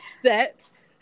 set